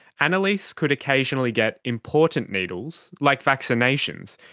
annaleise could occasionally get important needles, like vaccinations,